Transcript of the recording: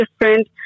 different